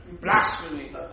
blasphemy